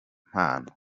mpano